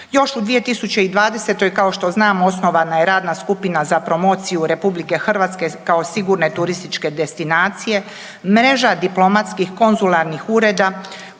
još u 2020. kao što znamo osnovana je radna skupina za promociju RH kao sigurne turističke destinacije, mreža diplomatskih konzularnih ureda